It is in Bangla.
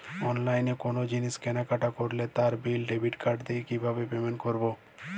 অনলাইনে কোনো জিনিস কেনাকাটা করলে তার বিল ডেবিট কার্ড দিয়ে কিভাবে পেমেন্ট করবো?